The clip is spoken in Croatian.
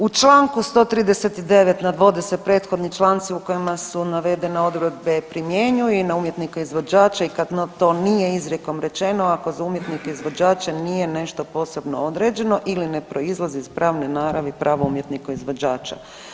U čl. 139. navode se prethodni članci u kojima su navedene odredbe primjenjuju i na umjetnike izvođače i kad to nije izrijekom rečeno, ako za umjetnike izvođače nije nešto posebno određeno ili ne proizlazi iz pravne naravi pravo umjetnika izvođača.